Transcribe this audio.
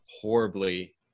horribly